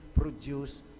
produce